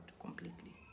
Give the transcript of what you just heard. completely